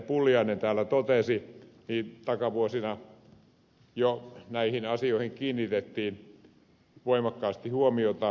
pulliainen täällä totesi niin jo takavuosina näihin asioihin kiinnitettiin voimakkaasti huomiota